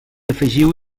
afegiu